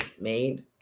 made